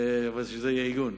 אבל שזה יהיה עיון.